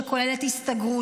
שכוללת הסתגרות,